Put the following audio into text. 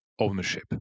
ownership